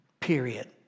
period